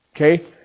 okay